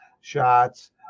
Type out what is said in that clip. shots